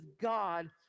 God